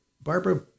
Barbara